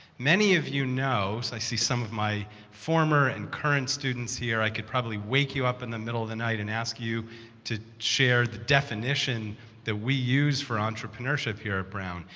many of you know i see some of my former and current students here. i could probably wake you up in the middle of the night and ask you to share the definition that we use for entrepreneurship here at brown.